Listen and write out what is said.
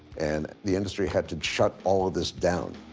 and the industry had to shut all of this down.